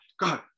God